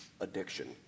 addiction